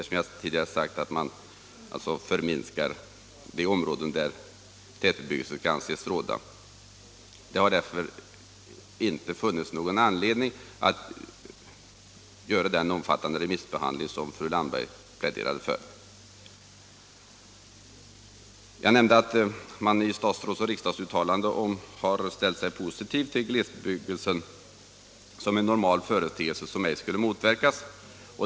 Som jag tidigare har sagt förminskar man de områden där tätbebyggelse kan anses råda. Det har därför inte funnits någon anledning att göra den omfattande remissbehandling som fru Landberg pläderade för. Jag nämnde att man istatsrådsoch riksdagsuttalanden har ställt sig positiv till glesbebyggelse som en normal företeelse, som inte skall motverkas.